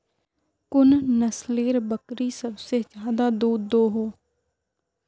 कुन नसलेर बकरी सबसे ज्यादा दूध दो हो?